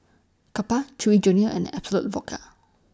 Kappa Chewy Junior and Absolut Vodka